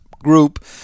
group